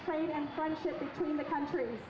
plate and friendship between the country